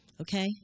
Okay